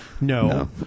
No